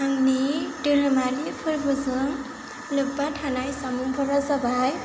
आंनि धोरोमारि फोर्बोजों लोब्बा थानाय जामुंफोरा जाबाय